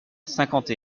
cinquante